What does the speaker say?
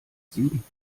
sieben